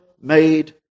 made